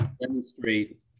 demonstrate